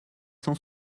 cent